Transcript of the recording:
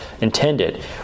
intended